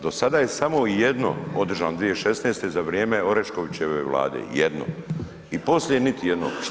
Do sada je samo jedno održano 2016. za vrijeme Oreškovićeve Vlade, jedno i poslije niti jedno.